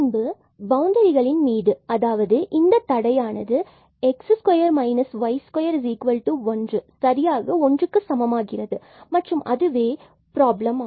பின்பு பவுண்டரிகளின் மீது அதாவது இந்த தடையானது x2 y2 is equal to 1 சரியாக ஒன்றுக்கு சமமாகிறது மற்றும் அதுவே ப்ராப்ளம்